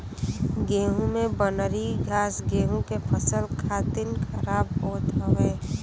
गेंहू में बनरी घास गेंहू के फसल खातिर खराब होत हउवे